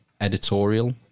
editorial